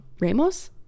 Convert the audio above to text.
ramos